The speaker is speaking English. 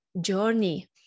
journey